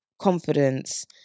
confidence